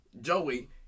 Joey